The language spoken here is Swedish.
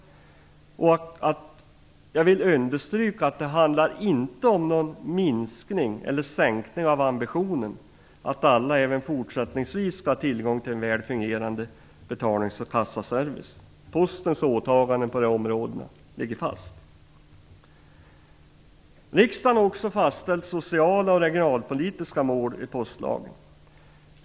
Jag vill understryka att det inte handlar om en sänkning av ambitionen. Alla skall även fortsättningsvis ha tillgång till en väl fungerande betalningsoch kassaservice. Postens åtaganden på det området ligger fast. Riksdagen har också fastställt social och regionalpolitiska mål i postlagen.